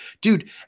dude